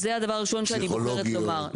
זה הדבר הראשון שאני בוחרת לומר.